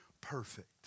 perfect